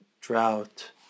drought